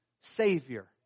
Savior